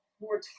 more